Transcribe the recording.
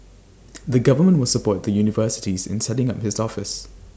the government will support the universities in setting up this office